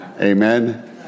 Amen